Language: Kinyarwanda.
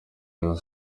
rayon